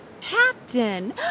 Captain